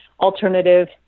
alternative